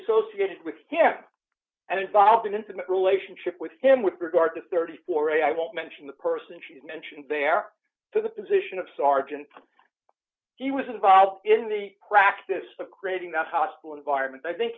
associated with him and involved in intimate relationship with him with regard to thirty four a i won't mention the person she mentioned they are for the position of sergeant he was involved in the practice of creating that hostile environment i think